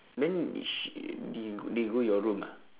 then is she they they go your room ah